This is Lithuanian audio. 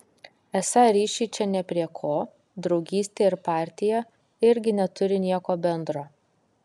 esą ryšiai čia nė prie ko draugystė ir partija irgi neturi nieko bendro